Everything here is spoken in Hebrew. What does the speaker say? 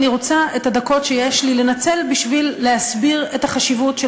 אני רוצה את הדקות שיש לי לנצל בשביל להסביר את החשיבות של